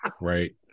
Right